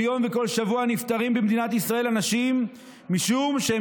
כל יום וכל שבוע נפטרים במדינת ישראל אנשים משום שהם